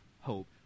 hope